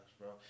Bro